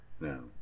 No